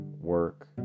work